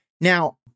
Now